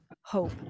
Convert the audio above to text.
hope